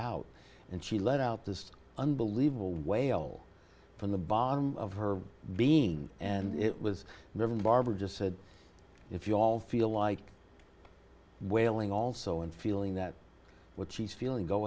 out and she let out this unbelievable wail from the bottom of her being and it was there barbara just said if you all feel like wailing also in feeling that what she's